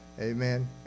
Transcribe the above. amen